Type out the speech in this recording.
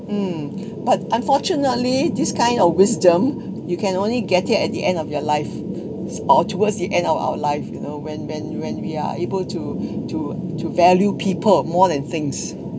mm but unfortunately this kind of wisdom you can only get there at the end of your life or towards the end of our life you know when when when we are able to to to value people more than things